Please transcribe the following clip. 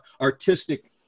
artistic